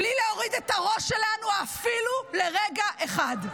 בלי להוריד את הראש שלנו אפילו לרגע אחד.